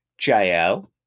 JL